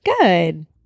Good